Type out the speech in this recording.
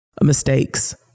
mistakes